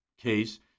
case